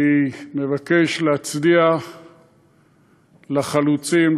אני מבקש להצדיע לחלוצים,